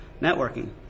networking